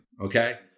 Okay